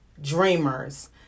dreamers